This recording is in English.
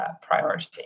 priority